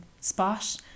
spot